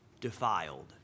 defiled